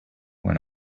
when